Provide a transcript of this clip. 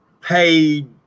paid